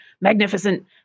magnificent